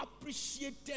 appreciated